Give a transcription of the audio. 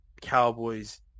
Cowboys